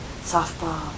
softball